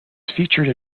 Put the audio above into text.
featured